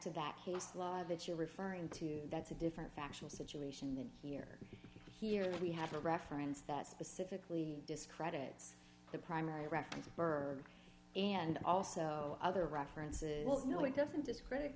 law that you're referring to that's a different factual situation than here here we have a reference that specifically discredits the primary reference of berg and also other references well no it doesn't discredit